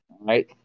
right